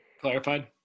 clarified